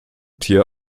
tier